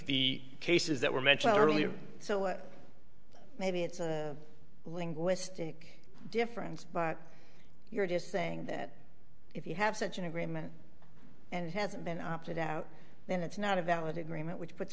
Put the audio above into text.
the cases that were mentioned earlier so maybe it's a linguistic difference but you're just saying that if you have such an agreement and has been opted out then it's not a valid agreement which puts